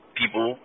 people